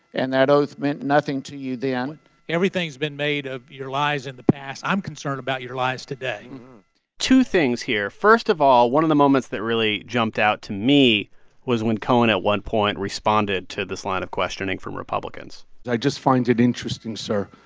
and that oath meant nothing to you then everything's been made of your lies in the past. i'm concerned about your lies today two things here first of all, one of the moments that really jumped out to me was when cohen, at one point, responded to this line of questioning from republicans i just find it interesting, sir,